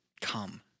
come